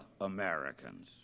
Americans